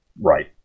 Right